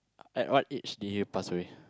at what age did he passed away